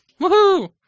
Woohoo